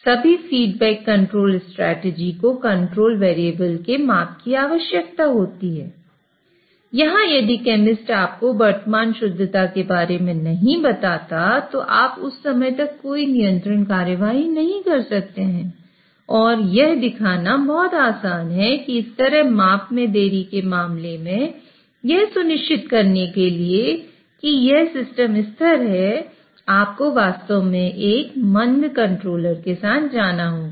सभी feedback control strategy के साथ जाना होगा